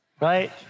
right